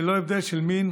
ללא הבדל של מין,